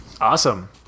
Awesome